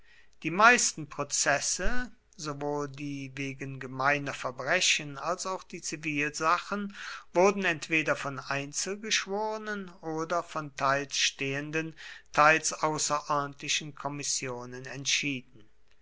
die meisten prozesse sowohl die wegen gemeiner verbrechen als auch die zivilsachen wurden entweder von einzelgeschworenen oder von teils stehenden teils außerordentlichen kommissionen entschieden